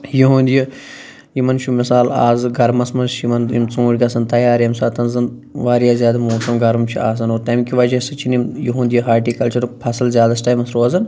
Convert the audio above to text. یُہنٛد یہِ یِمَن چھُ مثال آزٕ گَرمَس مَنٛز چھِ یِمَن یِم ژوٗنٛٹھۍ گَژھان تیار ییٚمہِ ساتہٕ زَن واریاہ زیادٕ موسَم گَرم چھُ آسان اور تَمہِ کہِ وَجہ سۭتۍ چھِنہٕ یِم یُہنٛد یہِ ہارٹیٖکَلچَرُک فَصٕل زیادَس ٹایمَس روزان